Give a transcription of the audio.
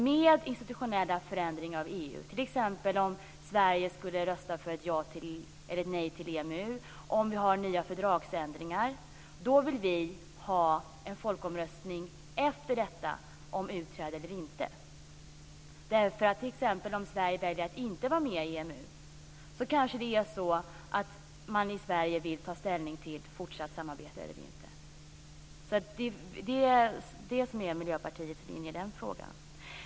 Vid institutionella förändringar av EU, t.ex. eller om det blir nya fördragsändringar, så vill vi ha en folkomröstning efter detta om utträde eller inte. Om Sverige t.ex. väljer att inte vara med i EMU så kanske man vill ta ställning till ett fortsatt samarbete eller inte. Det är detta som är Miljöpartiets linje i frågan.